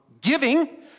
giving